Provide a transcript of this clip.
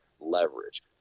leverage